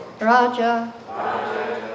Raja